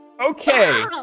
Okay